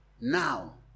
now